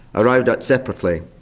arrived at separately,